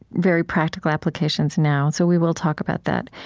very practical applications now, so we will talk about that.